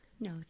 No